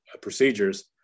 procedures